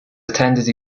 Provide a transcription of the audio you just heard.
attended